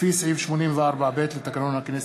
לפי סעיף 84(ב) לתקנון הכנסת.